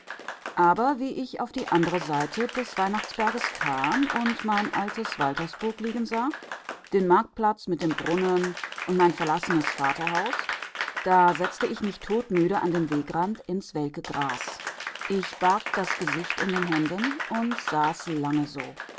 aber wie ich auf die andere seite des weihnachtsberges kam und mein altes waltersburg liegen sah den marktplatz mit dem brunnen und mein verlassenes vaterhaus da setzte ich mich todmüde an den wegrand ins welke gras ich barg das gesicht in den händen und saß lange so